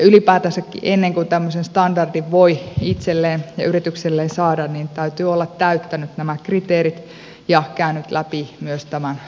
ylipäätänsäkin ennen kuin tämmöisen standardin voi itselleen ja yritykselleen saada on täytynyt täyttää nämä kriteerit ja käydä läpi myös tämä aika tiukka auditointijärjestelmä